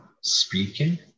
speaking